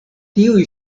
tiuj